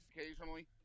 occasionally